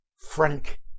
Frank